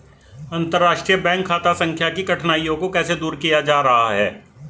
अंतर्राष्ट्रीय बैंक खाता संख्या की कठिनाइयों को कैसे दूर किया जा रहा है?